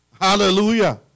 Hallelujah